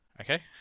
Okay